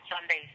Sundays